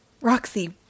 Roxy